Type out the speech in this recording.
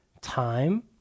time